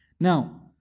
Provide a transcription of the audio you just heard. Now